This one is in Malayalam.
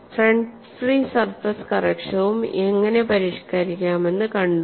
ഫ്രണ്ട് ഫ്രീ സർഫസ് കറക്ഷൻ ഘടകവും എങ്ങനെ പരിഷ്കരിക്കാമെന്ന് കണ്ടു